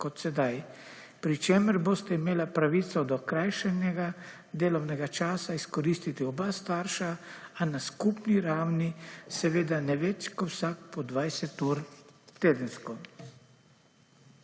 kot sedaj, pri čemer bosta imela pravico do krajšega delovnega časa izkoristiti oba starša, a na skupni ravni seveda ne več kot vsak po 20 ur tedensko.